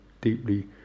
deeply